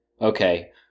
Okay